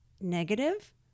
negative